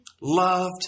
loved